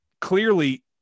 clearly